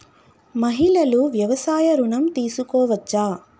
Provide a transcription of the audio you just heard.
మహిళలు వ్యవసాయ ఋణం తీసుకోవచ్చా?